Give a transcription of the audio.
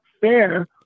fair